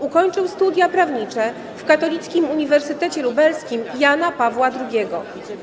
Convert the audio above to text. Ukończył studia prawnicze w Katolickim Uniwersytecie Lubelskim Jana Pawła II.